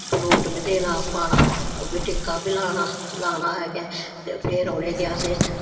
fruit बी देना खाना ते टिक्का बी लाना ते लाना ऐ गै ते फिर उनेंगी असें